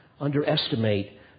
underestimate